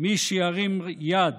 מי שירים יד